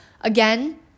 Again